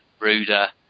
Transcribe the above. Ruder